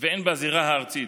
והן בזירה הארצית.